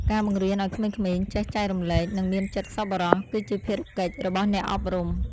ការបង្រៀនឱ្យក្មេងៗចេះចែករំលែក និងមានចិត្តសប្បុរស គឺជាភារកិច្ចរបស់អ្នកអប់រំ។